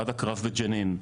עד הקרב בג'נין,